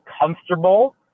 comfortable